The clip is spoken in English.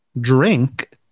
drink